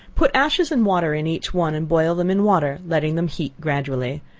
put ashes and water in each one, and boil them in water, letting them heat gradually.